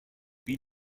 wie